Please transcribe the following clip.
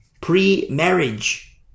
pre-marriage